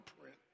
print